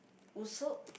also